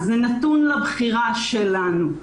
זה נתון לבחירה שלנו.